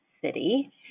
city